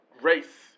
race